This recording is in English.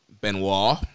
Benoit